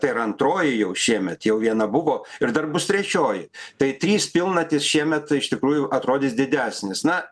tai yra antroji jau šiemet jau viena buvo ir dar bus trečioji tai trys pilnatys šiemet iš tikrųjų atrodys didesnis na